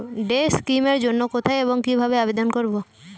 Day scheme এর জন্য কোথায় এবং কিভাবে আবেদন করব?